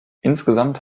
insgesamt